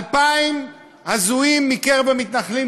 אלפיים הזויים מקרב המתנחלים,